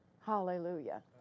Hallelujah